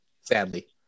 Sadly